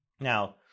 Now